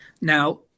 Now